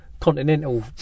continental